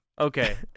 Okay